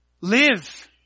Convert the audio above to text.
live